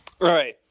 Right